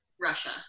Russia